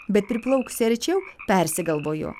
bet priplaukusi arčiau persigalvojo